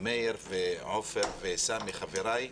מאיר ועופר וסמי, חבריי,